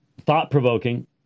thought-provoking